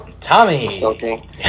Tommy